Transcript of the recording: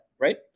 Right